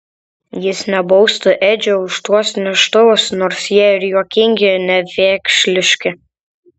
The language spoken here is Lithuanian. jis nebaustų edžio už tuos neštuvus nors jie ir juokingi nevėkšliški